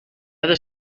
other